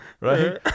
Right